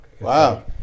Wow